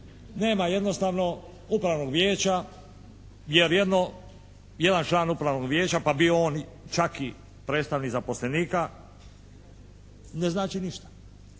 Nema jednostavno upravnog vijeća jer jedno, jedan član Upravnog vijeća pa bio on i čak i predstavnik zaposlenika ne znači ništa.